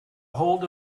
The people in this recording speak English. ahold